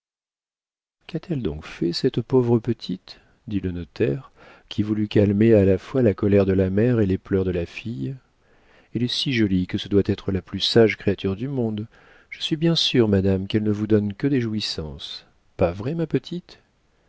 qu'a-t-elle donc fait cette pauvre petite dit le notaire qui voulut calmer à la fois la colère de la mère et les pleurs de la fille elle est si jolie que ce doit être la plus sage créature du monde je suis bien sûr madame qu'elle ne vous donne que des jouissances pas vrai ma petite